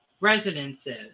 Residences